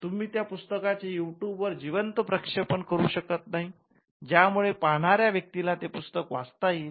तुम्ही त्या पुस्तकाचे युट्युब वर जिवंत प्रेक्षेपण करू शकत नाही ज्या मुळे पाहणाऱ्या व्यक्तीला ते पुस्तक वाचता येईल